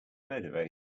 motivated